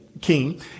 king